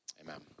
Amen